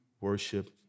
worship